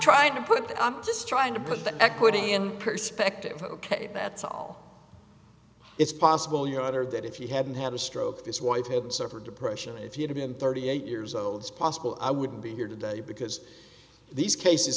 trying to put but i'm just trying to put the equity in perspective ok that's all it's possible your utter that if you hadn't had a stroke his wife had suffered depression and if you'd been thirty eight years old is possible i wouldn't be here today because these cases